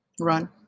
run